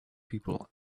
people